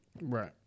Right